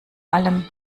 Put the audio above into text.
allem